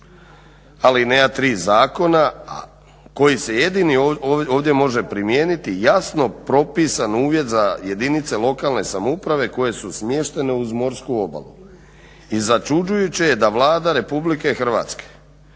alineja 3. zakona a koji se jedini ovdje može primijeniti jasno propisan uvjet za jedinice lokalne samouprave koje su smještene uz morsku obalu. I začuđujuće je da Vlada Republike Hrvatske